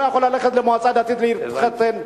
ולא יכול ללכת למועצה דתית שם כדי להתחתן.